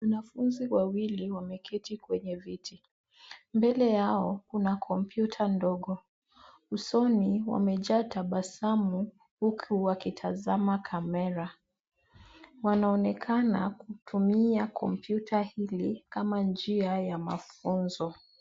Wanafunzi wawili wameketi kwenye viti. Mbele yao kuna kompyuta ndogo. Usoni wamejaa tabasamu huku wakitazama kamera. Wanaonekana kutumia kompyuta hizi kama njia ya mafunzo.